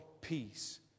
peace